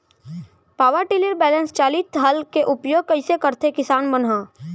Power tiller बैलेंस चालित हल के उपयोग कइसे करथें किसान मन ह?